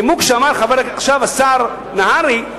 הנימוק שאמר עכשיו השר נהרי,